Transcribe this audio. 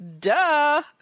Duh